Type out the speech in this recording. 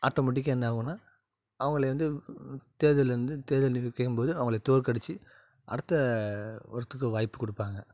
ஆட்டோமெட்டிக்காக என்ன ஆகும்னா அவங்களை வந்து தேர்தல்லேருந்து தேர்தலில் நிற்கும் போது அவங்களை தோற்கடித்து அடுத்த ஒருத்தருக்கு வாய்ப்பு கொடுப்பாங்க